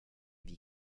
wie